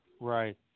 Right